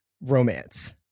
romance